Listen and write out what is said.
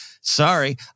Sorry